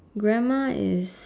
grandma is